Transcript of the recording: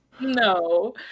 no